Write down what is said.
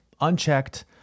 unchecked